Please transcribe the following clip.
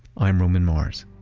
i'm roman mars